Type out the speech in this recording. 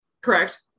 Correct